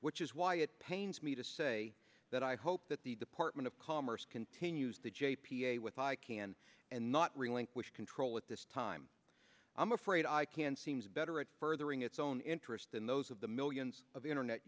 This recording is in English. which is why it pains me to say that i hope that the department of commerce continues the j p a with icann and not relinquish control at this time i'm afraid i can seems better at furthering its own interests than those of the millions of internet